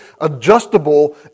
adjustable